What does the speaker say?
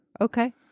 Okay